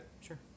Sure